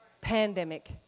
pandemic